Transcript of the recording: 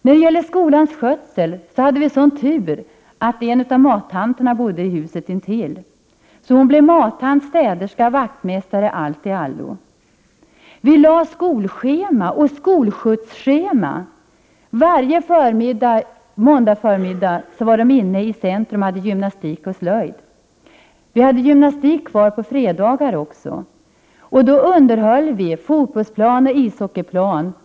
När det gällde skolans skötsel hade vi sådan tur att en av mattanterna bodde i huset intill, så hon blev mattant, städerska, vaktmästare och allt i allo. Vi lade upp skolschema och skolskjutsschema. Varje måndagförmiddag hade man gymnastik och slöjd inne i centrum. Vi hade också gymnastik på fredagar, och därför underhöll vi fotbollsplan och ishockeyplan.